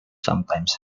sometimes